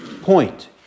point